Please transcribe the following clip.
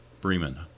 Bremen